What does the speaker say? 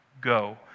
go